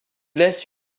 laisse